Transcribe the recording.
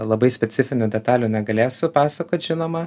labai specifinių detalių negalėsiu pasakot žinoma